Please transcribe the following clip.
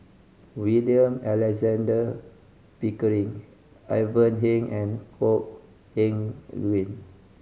William Alexander Pickering Ivan Heng and Kok Heng Leun